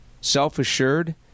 self-assured